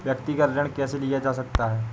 व्यक्तिगत ऋण कैसे लिया जा सकता है?